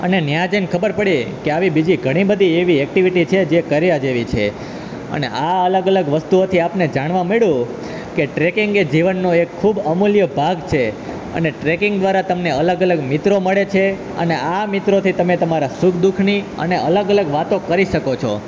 અને ત્યાં જઈને ખબર પડી કે આવી બીજી ઘણી બધી એવી એક્ટીવીટી છે જે કર્યા જેવી છે અને આ અલગ અલગ વસ્તુઓથી આપને જાણવા મળ્યું કે ટ્રેકિંગ એ જીવનનો એક ખૂબ અમૂલ્ય ભાગ છે અને ટ્રેકિંગ દ્રારા તમને અલગ અલગ મિત્રો મળે છે અને આ મિત્રોથી તમે તમારા સુખ દુઃખની અને અલગ અલગ વાતો કરી શકો છો